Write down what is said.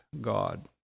God